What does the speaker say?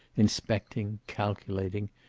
inspecting, calculating,